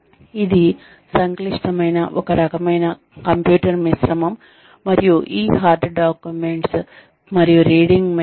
ఇది సంక్లిష్టమైన ఒక రకమైన కంప్యూటర్ మిశ్రమం మరియు ఈ హార్డ్ డాక్యుమెంట్స్ మరియు రీడింగ్ మెటీరియల్